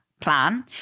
plan